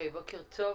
בוקר טוב.